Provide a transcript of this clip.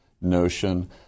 notion